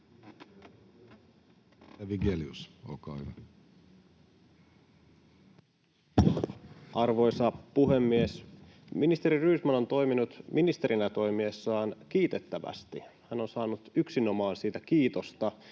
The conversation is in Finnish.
Arvoisa puhemies! Ministeri Rydman on toiminut ministerinä toimiessaan kiitettävästi. Hän on saanut siitä yksinomaan kiitosta.